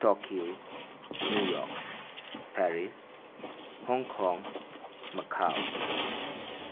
Tokyo New York Paris Hong Kong Macao